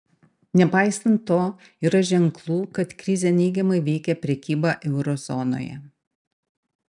nepaisant to yra ženklų kad krizė neigiamai veikia prekybą euro zonoje